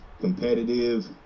competitive